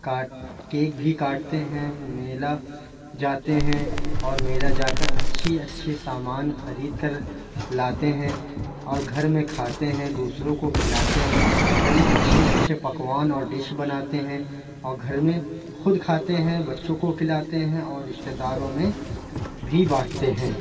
کاٹ cake بھی کاٹتے ہیں میلا جاتے ہیں اور میلا جا کر اچھی اچھے سامان خرید کر لاتے ہیں اور گھر میں کھاتے ہیں دوسروں کو کھلاتے ہیں گھر میں اچھے اچھے پکوان اور ڈش بناتے ہیں اور گھر میں خود کھاتے ہیں بچوں کو کھلاتے ہیں اور رشتے داروں میں بھی بانٹتے ہیں